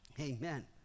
Amen